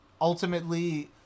ultimately